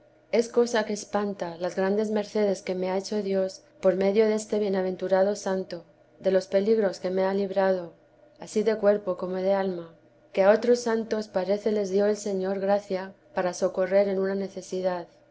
es cosa que espanta las grandes mercedes que me ha hecho dios por medio deste bienaventurado santo de los peligros que me ha librado ansí de cuerpo como de alma que a otros santos parece les dio el señor gracia para socorrer en una necesidad